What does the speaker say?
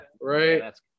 Right